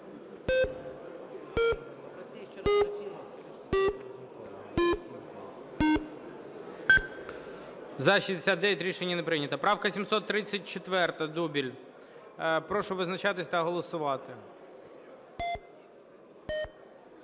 За-69 Рішення не прийнято. Правка 734-а, Дубіль. Прошу визначатись та голосувати.